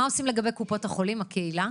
אגב, מה עושים לגבי קופות החולים, הקהילה?